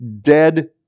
dead